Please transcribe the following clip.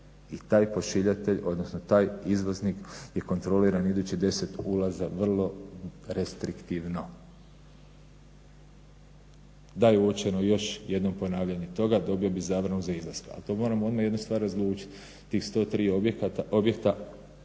I taj pošiljatelj, odnosno taj izvoznik je kontroliran idućih 10 ulaza vrlo restriktivno. Da je uočeno još jedno ponavljanje toga dobio bi zabranu za izlaske. Ali tu moramo odmah jednu stvar razlučiti, tih 103 objekta